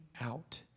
out